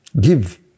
give